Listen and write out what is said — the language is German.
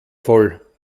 voll